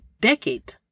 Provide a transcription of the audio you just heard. decade